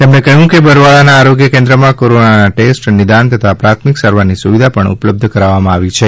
તેમણે કહ્યું કે બરવાળાના આરોગ્ય કેન્દ્રમાં કોરોનાના ટેસ્ટ નિદાન તથા પ્રાથમિક સારવારની સુવિધા પણ ઉપલબ્ધ કરાવવામાં આવી છે